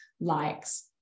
likes